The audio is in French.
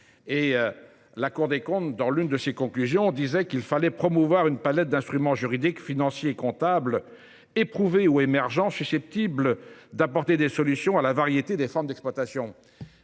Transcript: dans notre pays. Dans l’une de ses conclusions, la Cour des comptes appelait à promouvoir une palette d’instruments juridiques, financiers et comptables éprouvés ou émergents, susceptibles d’apporter des solutions à la variété des formes d’exploitation.